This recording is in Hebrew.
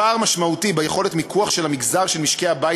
יש פער משמעותי ביכולת המיקוח של המגזר של משקי-הבית